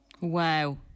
Wow